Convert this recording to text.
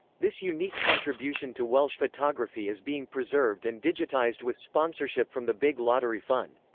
this unique contribution to welsh photography is being preserved and digitised with sponsorship from the big lottery fund.